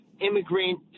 immigrant